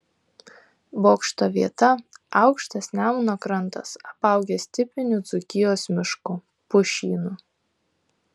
bokšto vieta aukštas nemuno krantas apaugęs tipiniu dzūkijos mišku pušynu